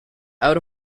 out